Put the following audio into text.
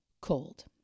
cold